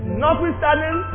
notwithstanding